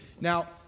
Now